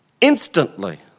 Instantly